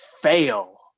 Fail